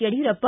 Yediyurappa